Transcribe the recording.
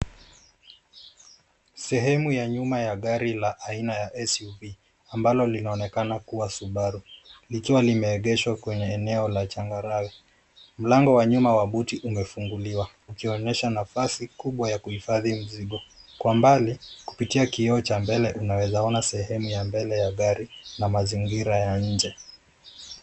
Sehemu ya nyuma ya gari la aina ya SUV ambalo linaonekana kuwa Subaru likiwa limeegeshwa kwenye eneo la changarawe. Mlango wa nyuma wa buti umefunguliwa ukionyesha nafasi kubwa ya kuhifadhi mizigo. Kwa mbali kupitia kioo cha mbele unawezaona sehemu ya mbele ya gari na mazingira ya nje.